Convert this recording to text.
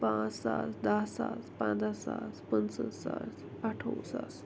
پانژھ ساس دہ ساس پَنداہ ساس پٕنژٕہ ساس اَٹھووُہ ساس